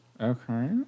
Okay